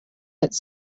its